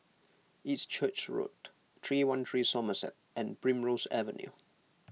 East Church Road three one three Somerset and Primrose Avenue